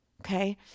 okay